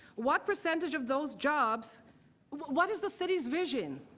what percentage of those jobs what what is the city's vision?